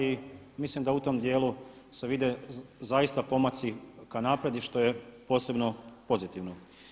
Ali mislim da u tom dijelu se vide zaista pomaci ka naprijed i što je posebno pozitivno.